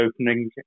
opening